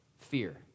fear